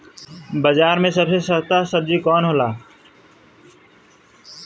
बाजार मे सबसे सस्ता सबजी कौन होला?